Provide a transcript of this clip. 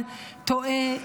אחד טועה,